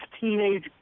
teenage